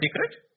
secret